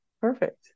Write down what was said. Perfect